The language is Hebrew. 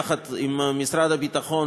יחד עם משרד הביטחון,